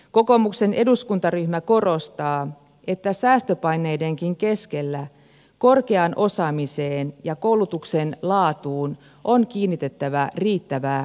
kokoomuksen eduskuntaryhmä korostaa että säästöpaineidenkin keskellä korkeaan osaamiseen ja koulutuksen laatuun on kiinnitettävä riittävää huomiota